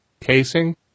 casing